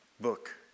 book